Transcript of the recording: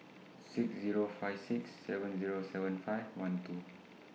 six Zero five six seven Zero seven five one two